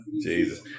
Jesus